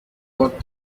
what